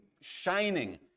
shining